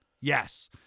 Yes